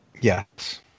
Yes